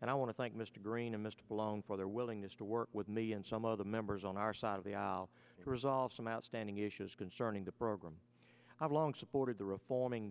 and i want to thank mr green and mr alone for their willingness to work with me and some of the members on our side of the aisle to resolve some outstanding issues concerning the program have long supported the reforming